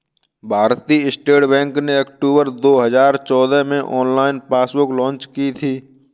भारतीय State Bank ने अक्टूबर दो हजार चौदह में ऑनलाइन पासबुक लॉन्च की थी